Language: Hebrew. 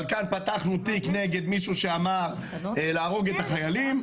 אבל כאן פתחנו תיק נגד מישהו שאמר להרוג את החיילים,